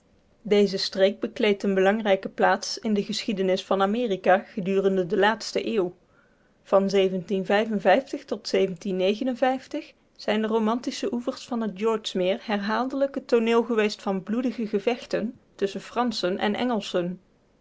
deze streek bekleedt eene belangrijke plaats in de geschiedenis van amerika gedurende de laatste eeuw van tot zijn de romantische oevers van het george meer herhaaldelijk het tooneel geweest van bloedige gevechten tusschen franschen en engelschen